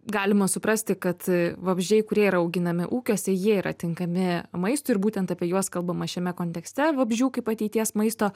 galima suprasti kad vabzdžiai kurie yra auginami ūkiuose jie yra tinkami maistui ir būtent apie juos kalbama šiame kontekste vabzdžių kaip ateities maisto